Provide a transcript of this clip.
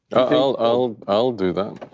i'll i'll do that.